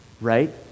right